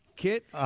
Kit